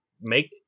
make